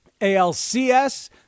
ALCS